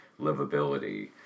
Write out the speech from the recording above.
livability